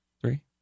Three